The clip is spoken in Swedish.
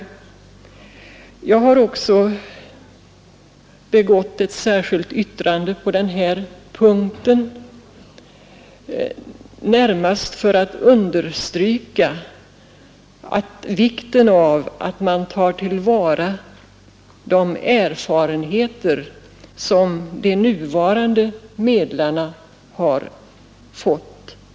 Jag har också ett särskilt yttrande på denna punkt, närmast för att understryka vikten av att man tar till vara de erfarenheter som de nuvarande medlarna har fått.